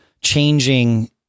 changing